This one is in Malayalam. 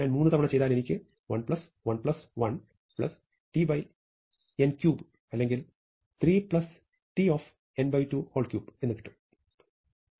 ഞാൻ 3 തവണ ചെയ്താൽ എനിക്ക് 1 1 1 T n23 അല്ലെങ്കിൽ 3 T n23 എന്ന് കിട്ടും